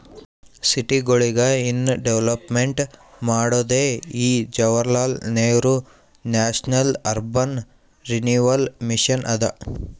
ಸಿಟಿಗೊಳಿಗ ಇನ್ನಾ ಡೆವಲಪ್ಮೆಂಟ್ ಮಾಡೋದೇ ಈ Jawaharlal Nehru national urban renewal mission ಅದಾ